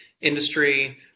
industry